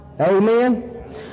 Amen